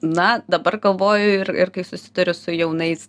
na dabar galvoju ir ir kai susiduriu su jaunais